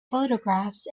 photographs